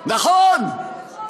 שלחו מכתב, 37 חברי כנסת.